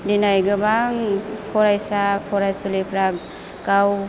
दिनै गोबां फरायसा फरायसुलिफ्रा गाव